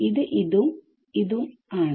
ഇത് ഉം ഉം ആണ്